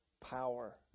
power